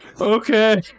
Okay